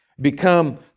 become